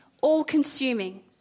all-consuming